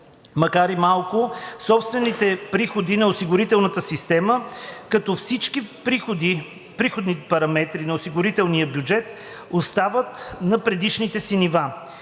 макар и малко собствените приходи на осигурителната система, като всички приходни параметри на осигурителния бюджет остават на предишните си нива.